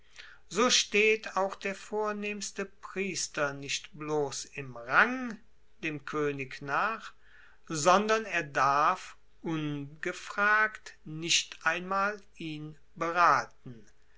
so steht auch der vornehmste priester nicht bloss im rang dem koenig nach sondern er darf ungefragt nicht einmal ihn beraten